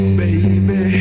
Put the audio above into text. baby